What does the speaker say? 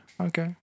Okay